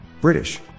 British